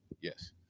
yes